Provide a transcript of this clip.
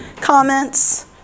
comments